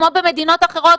כמו במדינות אחרות,